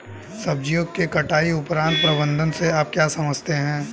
सब्जियों के कटाई उपरांत प्रबंधन से आप क्या समझते हैं?